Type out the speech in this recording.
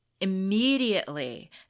Immediately